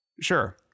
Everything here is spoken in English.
Sure